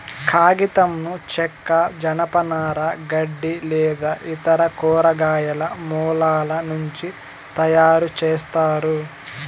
కాగితంను చెక్క, జనపనార, గడ్డి లేదా ఇతర కూరగాయల మూలాల నుంచి తయారుచేస్తారు